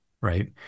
Right